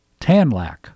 tanlac